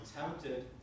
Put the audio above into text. tempted